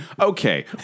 okay